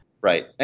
Right